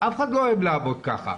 אף אחד לא אוהב לעבוד כך.